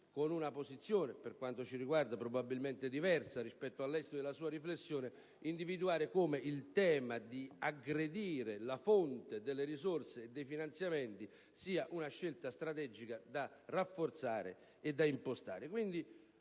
con una posizione per quanto ci riguarda probabilmente diversa rispetto all'esito della sua riflessione - che "aggredire" la fonte delle risorse e dei finanziamenti sia una scelta strategica da impostare e rafforzare.